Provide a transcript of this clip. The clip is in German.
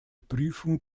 prüfung